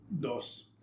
Dos